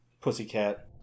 pussycat